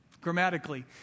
grammatically